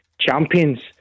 Champions